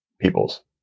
people's